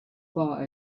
bar